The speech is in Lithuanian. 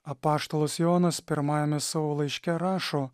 apaštalas jonas pirmajame savo laiške rašo